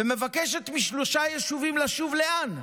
היא מבקשת משלושה יישובים לשוב, לאן?